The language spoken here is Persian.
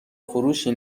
فروشی